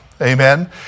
Amen